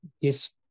yes